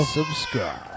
Subscribe